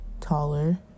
taller